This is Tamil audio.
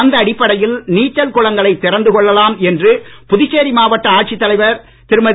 அந்த அடிப்படையில் நீச்சல் குளங்களை திறந்து கொள்ளலாம் என்று புதுச்சேரி மாவட்ட ஆட்சித் தலைவர் திருமதி